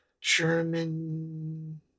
German